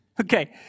Okay